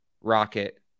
Rocket